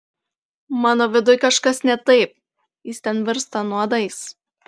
mano viduj kažkas ne taip jis ten virsta nuodais